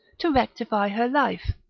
to rectify her life.